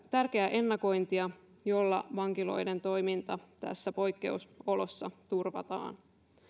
tärkeää ennakointia jolla vankiloiden toiminta tässä poikkeusolossa turvataan